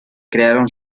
crearon